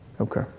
Okay